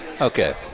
Okay